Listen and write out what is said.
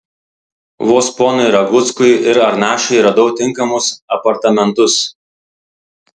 vos ponui raguckui ir arnašiui radau tinkamus apartamentus